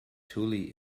tully